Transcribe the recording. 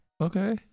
Okay